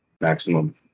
maximum